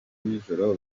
n’ijoro